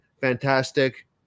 Fantastic